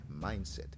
mindset